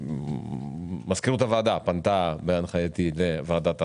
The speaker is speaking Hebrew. מזכירות הוועדה פנתה, בהנחייתי, לוועדת ההסכמות,